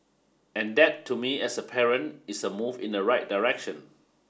and that to me as a parent is a move in the right direction